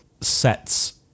sets